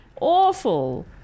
awful